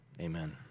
amen